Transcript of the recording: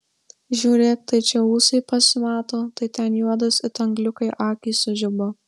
žiūrėk tai čia ūsai pasimato tai ten juodos it angliukai akys sužiba